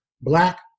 black